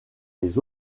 les